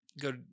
Go